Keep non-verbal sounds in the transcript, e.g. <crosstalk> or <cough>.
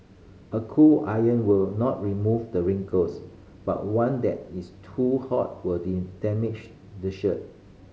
a cool iron will not remove the wrinkles but one that is too hot will <unintelligible> damage the shirt